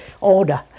order